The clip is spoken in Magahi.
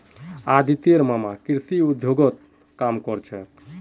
अदितिर मामा कृषि उद्योगत काम कर छेक